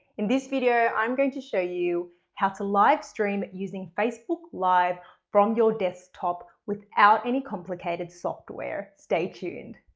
in this video, i am going to show you how to live stream using facebook live from your desktop without any complicated software. stay tuned.